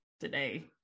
today